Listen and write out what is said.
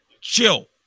Chill